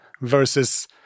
versus